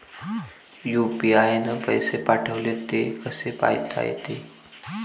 UPI न पैसे पाठवले, ते कसे पायता येते?